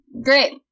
Great